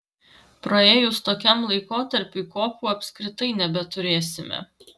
praėjus tokiam laikotarpiui kopų apskritai nebeturėsime